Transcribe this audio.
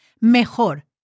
mejor